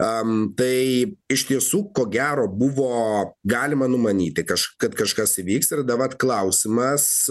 tai iš tiesų ko gero buvo galima numanyti kad kad kažkas vyksta ir vat klausimas